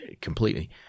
completely